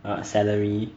err celery